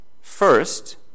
first